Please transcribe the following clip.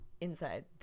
Inside